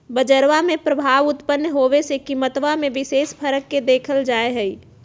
बजरवा में प्रभाव उत्पन्न होवे से कीमतवा में विशेष फर्क के देखल जाहई